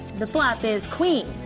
the flop is queen,